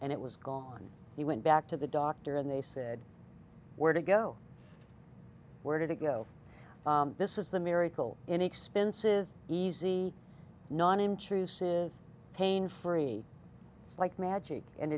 and it was gone he went back to the doctor and they said where to go where to go this is the miracle inexpensive easy non intrusive pain free it's like magic and